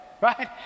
right